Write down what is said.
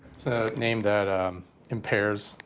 it's a name that impairs,